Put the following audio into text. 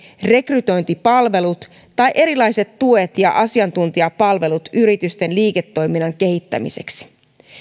rekrytointipalvelut ja erilaiset tuet ja asiantuntijapalvelut yritysten liiketoiminnan kehittämiseksi